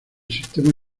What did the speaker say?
sistema